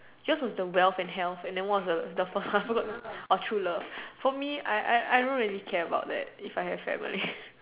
yours was the wealth and health and then what was the first one I forgot uh true love for me I don't really care about the if I have family